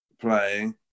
playing